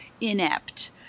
inept